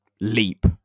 leap